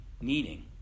needing